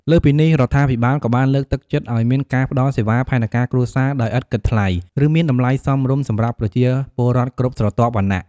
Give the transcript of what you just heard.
លើសពីនេះ រដ្ឋាភិបាលក៏បានលើកទឹកចិត្តឲ្យមានការផ្តល់សេវាផែនការគ្រួសារដោយឥតគិតថ្លៃ ឬមានតម្លៃសមរម្យសម្រាប់ប្រជាពលរដ្ឋគ្រប់ស្រទាប់វណ្ណៈ។